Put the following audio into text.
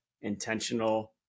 intentional